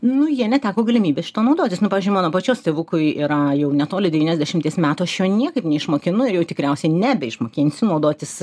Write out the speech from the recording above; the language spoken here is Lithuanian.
nu jie neteko galimybės šito naudotis nu pavyzdžiui mano pačios tėvukui yra jau netoli devyniasdešimies metų aš jo niekaip neišmokinu ir jau tikriausiai nebeišmokinsiu naudotis